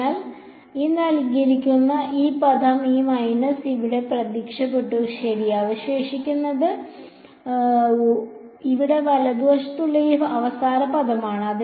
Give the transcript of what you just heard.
അതിനാൽ ഈ പദം ഈ മൈനസ് ഇവിടെ പ്രത്യക്ഷപ്പെട്ടു ശരി അവശേഷിക്കുന്നത് ഇവിടെ വലതുവശത്തുള്ള ഈ അവസാന പദമാണ്